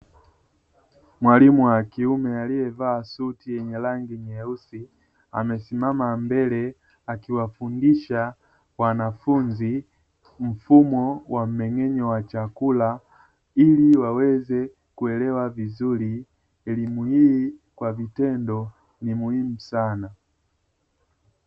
Mwalimu wa kiume aliyevaa sutui yenye rangi nyeusi amesimama mbele akiwafundisha wanafunzi mfumo wa mmeng'enyo wa chakula, ili waweze kuelewa vizuri elimu hii kwa vitendo ni muhimu sana.